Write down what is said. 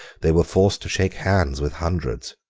they were forced to shake hands with hundreds.